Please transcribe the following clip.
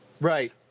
Right